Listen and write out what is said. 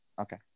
Okay